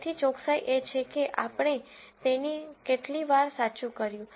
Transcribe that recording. તેથી ચોકસાઈ એ છે કે આપણે તેને કેટલી વાર સાચું કર્યું